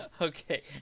Okay